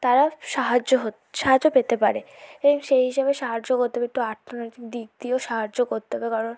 তারা সাহায্য সাহায্য পেতে পারে এবং সেই হিসেবে সাহায্য করতে পারে একটু অর্থনৈতিক দিক দিয়েও সাহায্য করতে হবে কারণ